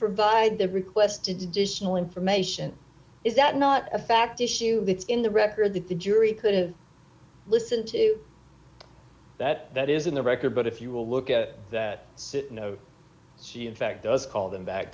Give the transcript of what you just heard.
provide the requested additional information is that not a fact issue in the record that the jury could have listened to that is in the record but if you will look at it that she in fact does call them back